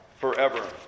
forever